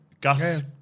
Gus